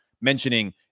mentioning